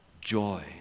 joy